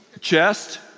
Chest